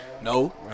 No